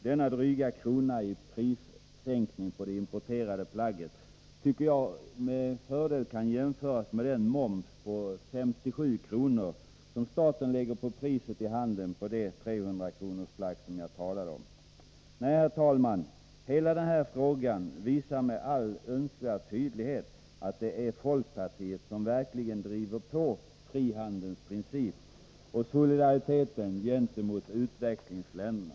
Denna dryga krona i prissänkning på det importerade plagget tycker jag med fördel kan jämföras med den moms på 57 kr. som staten lägger på priset i handeln på det 300-kronorsplagg som jag talade om. Nej, herr talman, hela denna fråga visar med all önskvärd tydlighet att det är folkpartiet som verkligen driver på när det gäller frihandelns princip och solidariteten gentemot utvecklingsländerna.